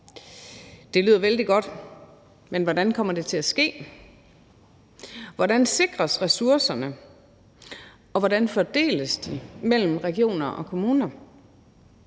Det lyder vældig godt, men hvordan kommer det til at ske? Hvordan sikres ressourcerne, og hvordan fordeles de mellem regioner og kommuner?